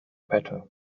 better